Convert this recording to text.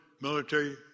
military